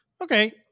Okay